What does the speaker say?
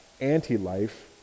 anti-life